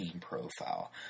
profile